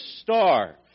star